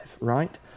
right